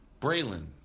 Braylon